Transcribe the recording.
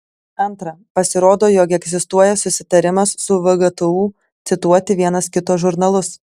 antra pasirodo jog egzistuoja susitarimas su vgtu cituoti vienas kito žurnalus